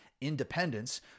Independence